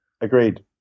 Agreed